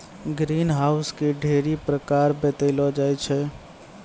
green house के ढ़ेरी प्रकार बतैलो जाय छै